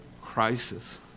crisis